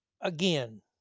again